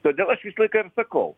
todėl aš visą laiką ir sakau